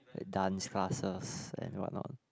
dance classes and what not